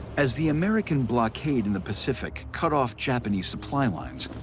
as the american blockade in the pacific cut off japanese supply lines,